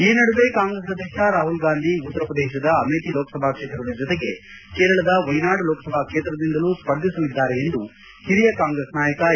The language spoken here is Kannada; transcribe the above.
ಈ ನಡುವೆ ಕಾಂಗ್ರೆಸ್ ಅಧ್ಯಕ್ಷ ರಾಹುಲ್ ಗಾಂಧಿ ಉತ್ತರ ಪ್ರದೇಶದ ಅಮೇಥಿ ಲೋಕಸಭಾ ಕ್ಷೇತ್ರದ ಜೊತೆಗೆ ಕೇರಳದ ವೈನಾಡು ಲೋಕಸಭಾ ಕ್ಷೇತ್ರದಿಂದಲೂ ಸ್ಪರ್ಧಿಸಲಿದ್ದಾರೆ ಎಂದು ಹಿರಿಯ ಕಾಂಗ್ರೆಸ್ ನಾಯಕ ಎ